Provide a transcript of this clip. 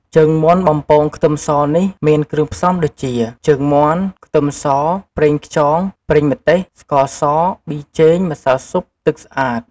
ជើងមាន់បំពងខ្ទឹមសនេះ មានគ្រឿងផ្សំដូចជា ជើងមាន់ ខ្ទឹមស ប្រេងខ្យង ប្រេងម្ទេស ស្ករស ប៊ីចេង ម្សៅស៊ុប ទឹកស្អាត។